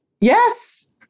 Yes